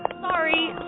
Sorry